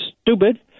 stupid